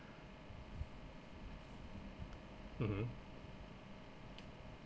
mmhmm